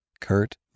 Kurt